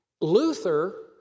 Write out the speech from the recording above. Luther